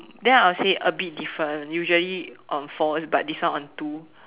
then I'll say a bit different usually on fours but this one on two